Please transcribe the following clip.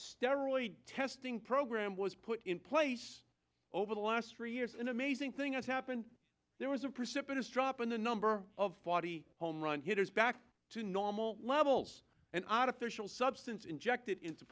steroid testing program was put in place over the last three years an amazing thing as happened there was a precipitous drop in the number of body home run hitters back to normal levels an artificial substance injected into